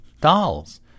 dolls